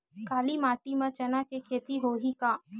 काली माटी म चना के खेती होही का?